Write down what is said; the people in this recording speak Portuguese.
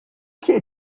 que